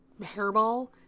hairball